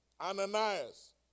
Ananias